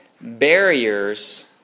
barriers